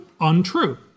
untrue